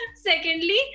Secondly